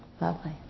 Lovely